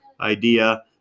idea